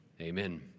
Amen